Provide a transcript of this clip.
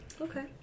Okay